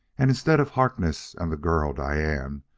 and, instead of harkness and the girl, diane,